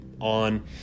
on